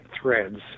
threads